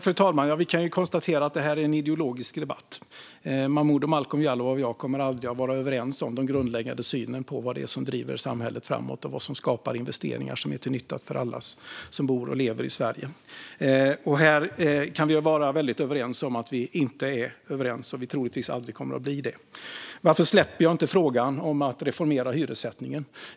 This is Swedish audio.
Fru talman! Vi kan konstatera att detta är en ideologisk debatt. Momodou Malcolm Jallow och jag kommer aldrig att vara överens om den grundläggande synen på vad som driver samhället framåt och vad som skapar investeringar som är till nytta för alla som bor och lever i Sverige. Här kan vi vara väldigt överens om att vi inte är överens och troligtvis aldrig kommer att bli det. Varför släpper jag inte frågan om att reformera hyressättningen?